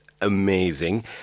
amazing